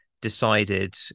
decided